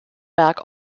berg